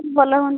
ଭଲ ହୁଅନ୍ତା